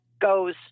Goes